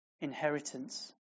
inheritance